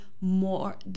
more